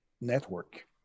network